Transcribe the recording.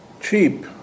cheap